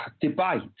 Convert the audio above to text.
debate